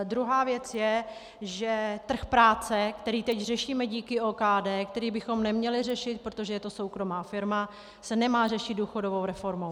Druhá věc je, že trh práce, který teď řešíme díky OKD, který bychom neměli řešit, protože je to soukromá firma, se nemá řešit důchodovou reformou.